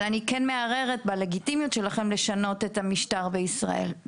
אבל אני כן מערערת בלגיטימיות שלכם לשנות את המשטר בישראל.